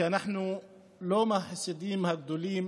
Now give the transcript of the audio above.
שאנחנו לא מהחסידים הגדולים